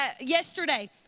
yesterday